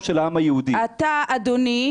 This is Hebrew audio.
אתה תעצור,